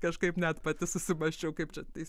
kažkaip net pati susimąsčiau kaip čia teis